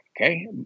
okay